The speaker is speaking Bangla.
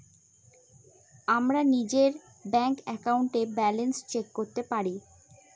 আমরা নিজের ব্যাঙ্ক একাউন্টে ব্যালান্স চেক করতে পারি